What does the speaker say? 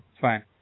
fine